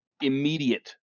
immediate